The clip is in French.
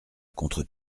contre